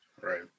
Right